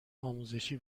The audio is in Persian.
آزمایشی